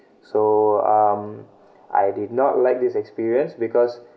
so um I did not like this experience because